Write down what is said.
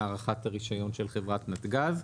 הארכת הרישיון של חברת נתג"ז.